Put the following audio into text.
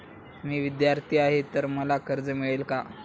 मी विद्यार्थी आहे तर मला कर्ज मिळेल का?